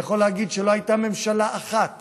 אני יכול להגיד שלא הייתה ממשלה אחת